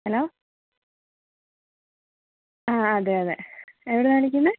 hello ആ അതെയതെ എവിടെ നിന്നാണ് വിളിക്കുന്നത്